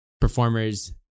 performers